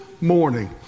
morning